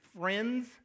friends